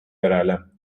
järele